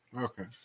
Okay